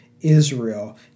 Israel